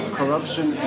corruption